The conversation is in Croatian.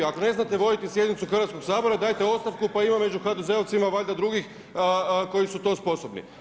Ako ne znate voditi sjednicu Hrvatskog sabora, dajte ostavku pa ima među HDZ-ovcima valjda drugih koji su to sposobni.